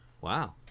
Wow